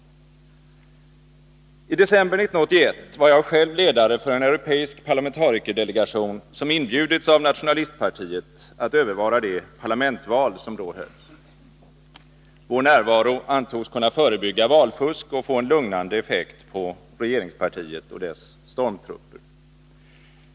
I december 1981 var jag själv ledare för en europeisk parlamentarikerdelegation, som inbjudits av nationalistpartiet att övervara det parlamentsval som då hölls. Vår närvaro antogs kunna förebygga valfusk och få en lugnande effekt på regeringspartiet och dess stormtrupper.